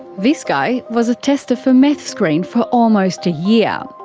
this guy was a tester for meth screen for almost a year.